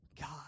God